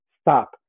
Stop